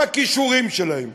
מה הכישורים שלהם,